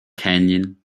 canyon